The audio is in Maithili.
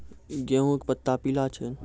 गेहूँ के पत्ता पीला छै?